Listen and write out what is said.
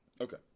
Okay